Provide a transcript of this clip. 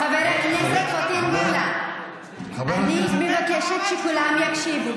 חבר הכנסת פטין מולא, אני מבקשת שכולם יקשיבו.